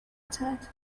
prosecuted